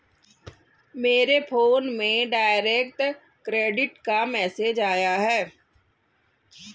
मेरे फोन में direct credit का मैसेज आया है